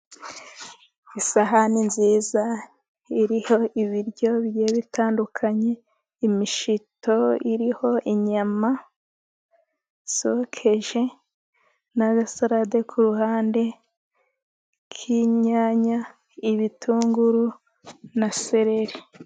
Isahani nziza iriho ibiryo bigiye bitandukanye, imishito iriho inyama zokeje n'agasarade ku ruhande k'inyanya, ibitunguru na sereri .